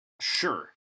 sure